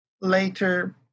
later